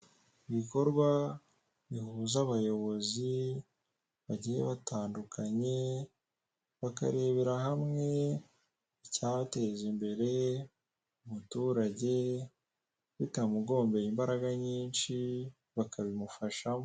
Ibikorwa bihuza abayobozi bagiye batandukanye bakarebera hamwe icyabateza imbere umuturage bitamugombeye imbaraga nyinshi bakabimufashamo.